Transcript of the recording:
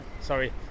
sorry